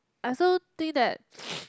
I also think that